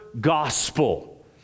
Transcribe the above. gospel